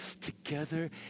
together